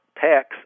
tax